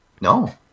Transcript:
No